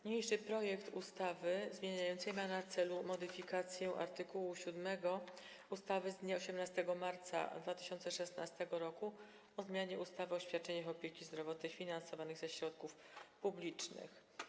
Niniejszy projekt ustawy zmieniającej ma na celu modyfikację art. 7 ustawy z dnia 18 marca 2016 r. o zmianie ustawy o świadczeniach opieki zdrowotnej finansowanych ze środków publicznych.